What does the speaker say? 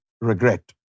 regret